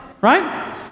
Right